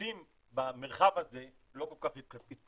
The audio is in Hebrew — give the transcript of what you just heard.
השירותים במרחב הזה לא כל כך התפתחו.